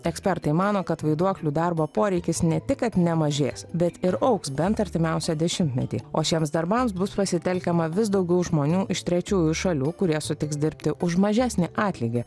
ekspertai mano kad vaiduoklių darbo poreikis ne tik kad nemažės bet ir augs bent artimiausią dešimtmetį o šiems darbams bus pasitelkiama vis daugiau žmonių iš trečiųjų šalių kurie sutiks dirbti už mažesnį atlygį